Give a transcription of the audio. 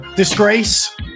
Disgrace